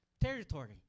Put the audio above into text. territory